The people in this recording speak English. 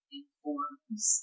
informs